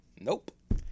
Nope